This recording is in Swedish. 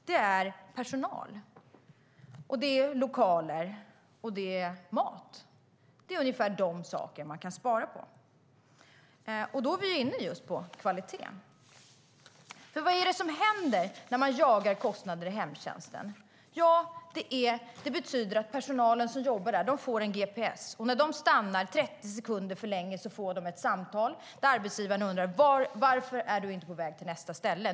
Det är personal, det är lokaler och det är mat. Det är ungefär de saker som man kan spara på. Då är vi inne på kvalitet. För vad är det som händer när man jagar kostnader i hemtjänsten? Det betyder att personalen som jobbar där får en gps, och när de stannar hos någon 30 sekunder för länge får de ett samtal där arbetsgivaren undrar: Varför är du inte på väg till nästa ställe?